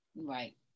right